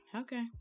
Okay